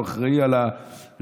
הוא אחראי לרגולציה,